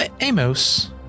Amos